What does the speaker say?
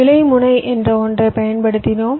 இலை முனை என்ற ஒன்றை பயன்படுத்தினோம்